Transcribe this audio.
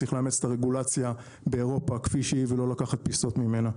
צריך לאמץ את הרגולציה באירופה כפי שהיא ולא לקחת פיסות ממנה.